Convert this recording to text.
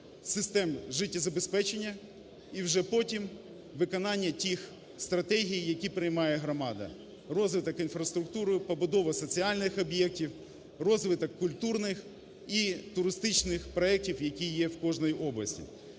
систем життєзабезпечення і вже потім виконання тих стратегій, які приймає громада, розвиток інфраструктури, побудова соціальних об'єктів, розвиток культурних і туристичних проектів, які є в кожній області.